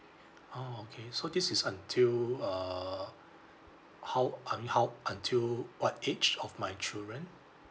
oh okay so this is until err how I mean how until what age of my children